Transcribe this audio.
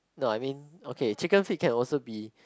no I mean okay chicken feed can also be